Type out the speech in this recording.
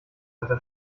alter